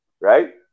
right